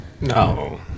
No